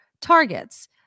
targets